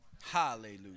Hallelujah